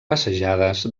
passejades